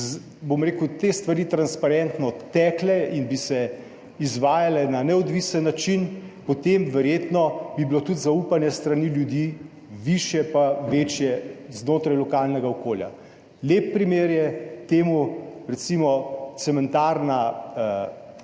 bom rekel, te stvari transparentno tekle in bi se izvajale na neodvisen način, potem bi bilo verjetno tudi zaupanje s strani ljudi višje pa večje znotraj lokalnega okolja. Lep primer tega je recimo cementarna